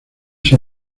sin